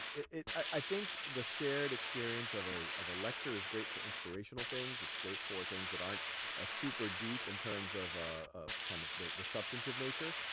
i think the shared experience of a of a lecture is great for inspirational things. it's great for things that aren't ah super deep in terms of ah kind of the substantive nature.